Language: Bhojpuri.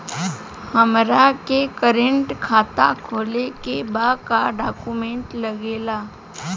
हमारा के करेंट खाता खोले के बा का डॉक्यूमेंट लागेला?